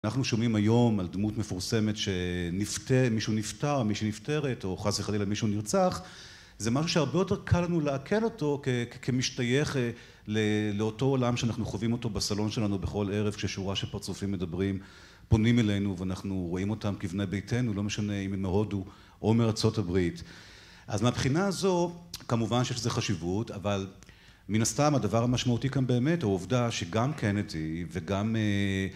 אנחנו שומעים היום על דמות מפורסמת שמישהו נפטר, מישהי נפטרת, או חס וחלילה מישהו נרצח. זה משהו שהרבה יותר קל לנו לעכל אותו כמשתייך לאותו עולם שאנחנו חווים אותו בסלון שלנו בכל ערב, כששורה של פרצופים מדברים פונים אלינו ואנחנו רואים אותם כבני ביתנו, לא משנה אם הם מהודו או מארצות הברית. אז מהבחינה הזו, כמובן שיש לזה חשיבות, אבל מן הסתם הדבר המשמעותי כאן באמת, הוא העובדה שגם קנדי וגם...